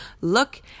look